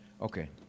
Okay